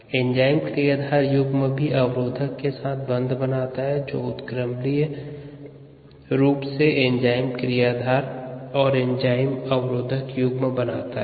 enzyme क्रियाधार युग्म भी अवरोधक के साथ बंध बनाता है जो उत्क्रमणीय रूप से एंजाइम क्रियाधार और एंजाइम अवरोधक युग्म बनता है